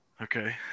Okay